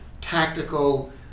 tactical